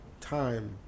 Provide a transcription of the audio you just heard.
time